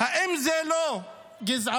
האם זה לא גזענות?